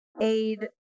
aid